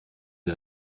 ihr